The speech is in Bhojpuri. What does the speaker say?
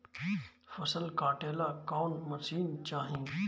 फसल काटेला कौन मशीन चाही?